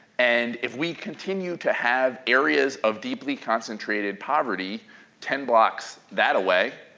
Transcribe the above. and if we continue to have areas of deeply concentrated poverty ten blocks that-a-way,